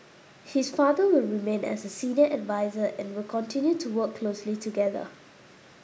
his father will remain as a senior adviser and will continue to work closely together